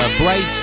bright